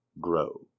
grow